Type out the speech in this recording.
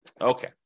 Okay